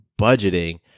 budgeting